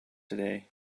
today